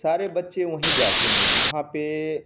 सारे बच्चे वहीं जाते हैं वहाँ पर